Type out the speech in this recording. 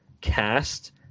cast